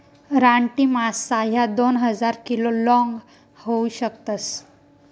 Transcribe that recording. रानटी मासा ह्या दोन हजार किलो लोंग होऊ शकतस